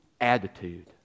attitude